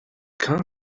car